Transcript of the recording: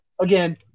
again